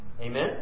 Amen